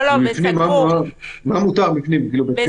מה מותר בפנים?